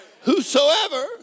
Whosoever